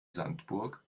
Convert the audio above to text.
sandburg